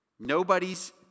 Nobody's